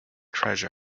treasure